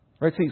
Right